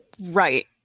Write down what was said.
Right